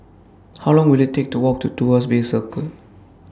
How Long Will IT Take to Walk to Tuas Bay Circle